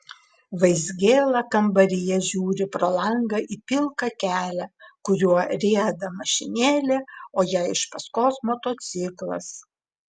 vaizgėla kambaryje žiūri pro langą į pilką kelią kuriuo rieda mašinėlė o jai iš paskos motociklas